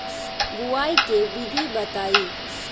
बुआई के विधि बताई?